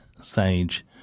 sage